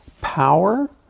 power